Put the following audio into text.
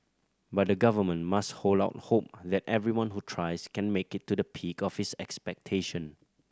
but the Government must hold out hope that everyone who tries can make it to the peak of his expectation